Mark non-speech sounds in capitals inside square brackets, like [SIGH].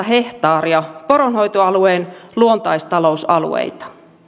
[UNINTELLIGIBLE] hehtaaria poronhoitoalueen luontaistalousalueita